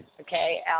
Okay